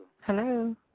Hello